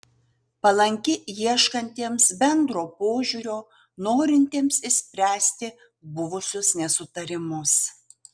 palanki ieškantiems bendro požiūrio norintiems išspręsti buvusius nesutarimus